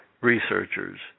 researchers